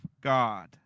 God